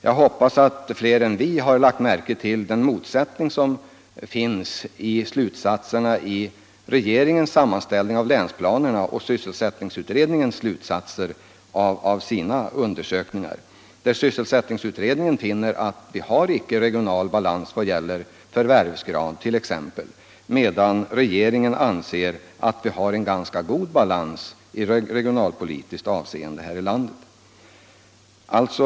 Jag hoppas att fler än vi lagt märke till den motsättning som finns mellan regeringens slutsatser i sammanställningen av länsplanerna och sysselsättningsutredningens slutsatser av sina undersökningar. Sysselsättningsutredningen finner att vi icke har regional balans t.ex. när det gäller förvärvsgraden, medan regeringen anser att vi har en ganska god regionalpolitisk balans här i landet.